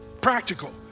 practical